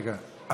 רגע,